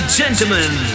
gentlemen